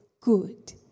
good